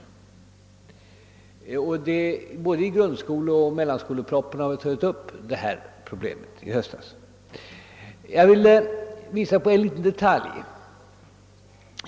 Detta problem togs också upp i både grundskoleoch mellanskolepropositionen i höstas. Jag vill visa på en liten detalj.